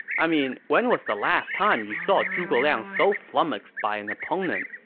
i mean, when was the last time you saw zhuge liang so flummoxed by an opponent?